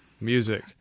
Music